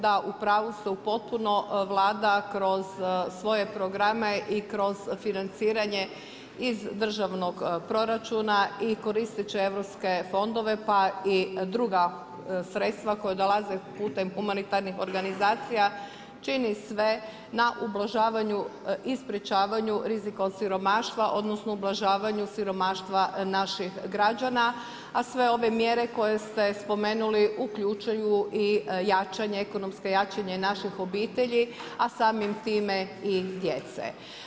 Da, upravu ste potpuno Vlada kroz svoje programe i kroz financiranje iz državnog proračuna i koristeći europske fondove pa i druga sredstva koja dolaze putem humanitarnih organizacija čini sve na ublažavanju i sprečavanju rizika od siromaštva odnosno ublažavanju siromaštva naših građana, a sve ove mjere koje ste spomenuli uključuju i ekonomsko jačanje naših obitelji, a samim time i djece.